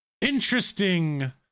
interesting